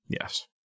yes